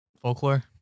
Folklore